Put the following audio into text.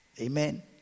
Amen